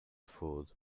food